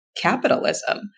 capitalism